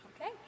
Okay